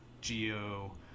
geo